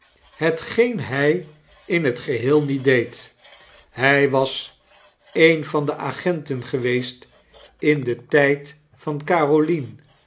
hetgeen hy in het geheel niet deed hy was een van de agenten geweest in den tijd van carolien